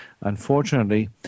Unfortunately